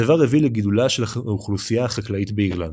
הדבר הביא לגידולה של האוכלוסייה החקלאית באירלנד.